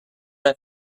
that